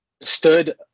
stood